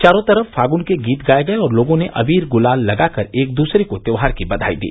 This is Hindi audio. चारो तरफ फागुन के गीत गाये गये और लोगों ने अबीर गुलाल लगाकर एक दूसरे को त्योहार की बघाई दी